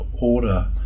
order